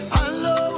Hello